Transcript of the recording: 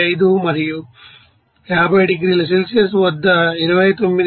95 మరియు 50 డిగ్రీల సెల్సియస్ వద్ద 29